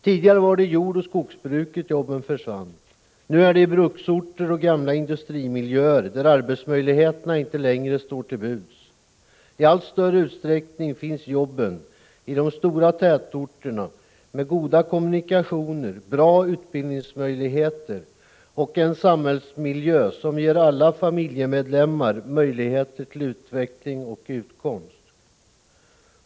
Tidigare var det i jordoch skogsbruket jobben försvann, nu är det i bruksorter och gamla industrimiljöer, där arbetsmöjligheterna inte längre står till buds. I allt större utsträckning finns jobben i de stora tätorterna med goda kommunikationer, bra utbildningsmöjligheter och en samhällsmiljö som ger alla familjemedlemmar möjligheter till utveckling och utkomst.